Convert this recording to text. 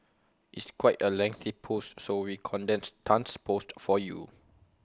it's quite A lengthy post so we condensed Tan's post for you